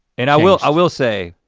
and i will i will say,